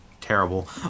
terrible